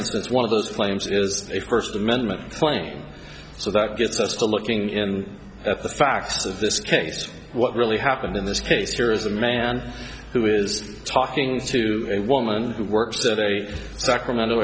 instance one of those flames is a first amendment thing so that gets us to looking in at the facts of this case what really happened in this case here is a man who is talking to a woman who worked at a sacramento